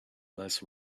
less